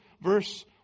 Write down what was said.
verse